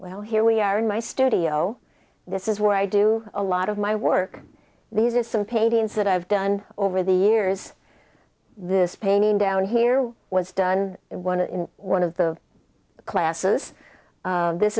well here we are in my studio this is where i do a lot of my work these are some paintings that i've done over the years this painting down here was done in one one of the classes this